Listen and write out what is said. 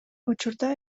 учурда